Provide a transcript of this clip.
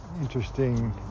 interesting